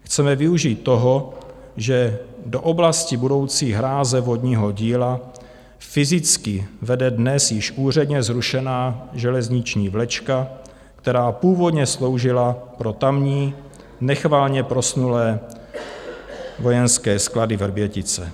Chceme využít toho, že do oblasti budoucí hráze vodního díla fyzicky vede dnes již úředně zrušená železniční vlečka, která původně sloužila pro tamní nechvalně proslulé vojenské sklady Vrbětice.